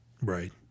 Right